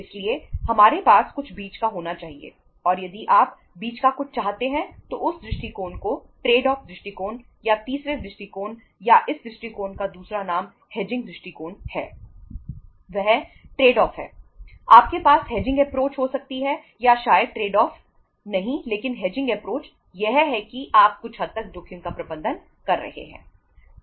इसलिए हमारे पास कुछ बीच का होना चाहिए और यदि आप बीच का कुछ चाहते हैं तो उस दृष्टिकोण को ट्रेड ऑफ यह है कि आप कुछ हद तक जोखिम का प्रबंधन कर रहे हैं